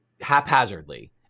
haphazardly